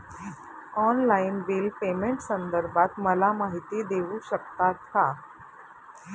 Online bill पेमेंटसंदर्भात मला माहिती देऊ शकतात का?